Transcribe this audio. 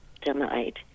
tonight